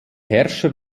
herrscher